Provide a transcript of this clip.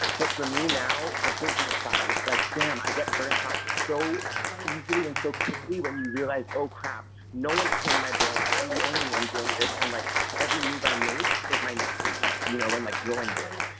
but for me now the business side is like damn i get burnt out so easily and so quickly when you realize oh crap no one's paying my bills, i'm the only one doing this, and like every move i make is my next paycheck, you know i'm like growing this.